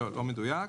לא מדויק.